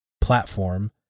platform